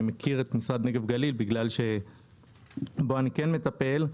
אני מכיר את משרד נגב גליל בגלל שבו אני כן מטפל.